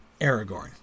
Aragorn